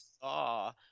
saw